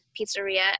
pizzeria